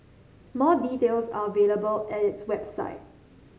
more details are available at its website